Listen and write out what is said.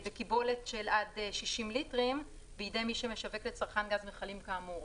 הם בקיבולת של עד 60 ליטרים בידי מי שמשווק לצרכן גז מכלים כאמור.